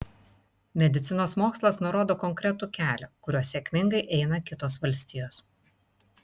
medicinos mokslas nurodo konkretų kelią kuriuo sėkmingai eina kitos valstijos